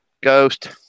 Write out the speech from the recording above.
Ghost